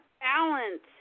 balance